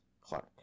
Clark